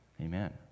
Amen